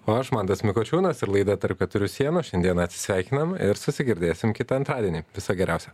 o aš mantas mikučiūnas ir laida tarp keturių sienų šiandieną atsisveikinam ir susigirdėsim kitą antradienį viso geriausio